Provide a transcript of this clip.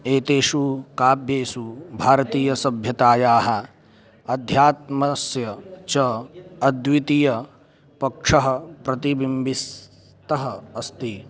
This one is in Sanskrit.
एतेषु काव्येषु भारतीयसभ्यतायाः आध्यात्मस्य च अद्वितीयपक्षः प्रतिबिम्बितः अस्ति